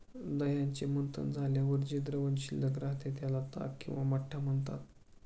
दह्याचे मंथन झाल्यावर जे द्रावण शिल्लक राहते, त्याला ताक किंवा मठ्ठा म्हणतात